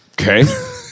Okay